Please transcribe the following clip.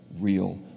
real